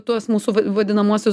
tuos mūsų va vadinamuosius